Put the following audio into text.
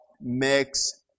makes